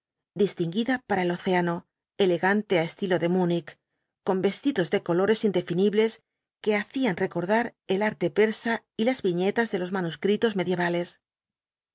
distinguida para el océano elegante á estilo de munich con vestidos de colores indefinibles que hacían recordar el arte persa y las viñetas de los manuscritos medioevales